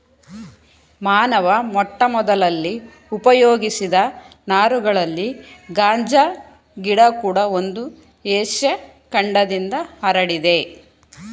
ಮಾನವ ಮೊಟ್ಟಮೊದಲಲ್ಲಿ ಉಪಯೋಗಿಸಿದ ನಾರುಗಳಲ್ಲಿ ಗಾಂಜಾ ಗಿಡ ಕೂಡ ಒಂದು ಏಷ್ಯ ಖಂಡದಿಂದ ಹರಡಿದೆ